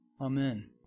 Amen